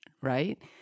Right